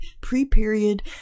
pre-period